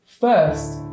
First